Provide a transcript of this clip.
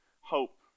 hope